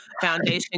Foundation